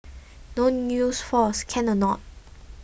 don't use force can or not